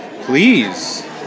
Please